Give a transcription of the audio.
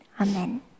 Amen